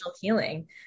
healing